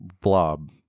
blob